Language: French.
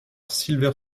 silver